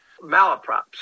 malaprops